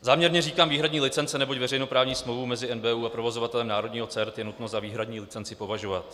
Záměrně říkám výhradní licence, neboť veřejnoprávní smlouvu mezi NBÚ a provozovatelem národního CERT je nutno za výhradní licenci považovat.